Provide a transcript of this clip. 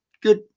good